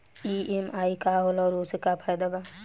EMI का होला और ओसे का फायदा बा?